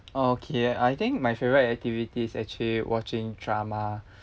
okay I think my favourite activity's actually watching drama